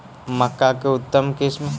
मक्का के उतम किस्म?